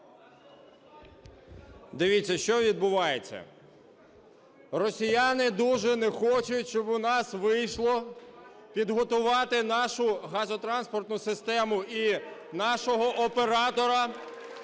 Дивіться, що відбувається. Росіяни дуже не хочуть, щоб у нас вийшло підготувати нашу газотранспортну систему і нашого оператора